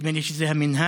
נדמה לי שזה המינהל,